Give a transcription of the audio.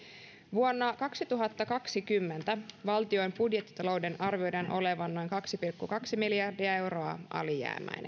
vuonna kaksituhattakaksikymmentä valtion budjettitalouden arvioidaan olevan noin kaksi pilkku kaksi miljardia euroa alijäämäinen